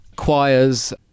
choirs